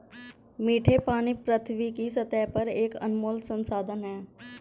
मीठे पानी पृथ्वी की सतह पर एक अनमोल संसाधन है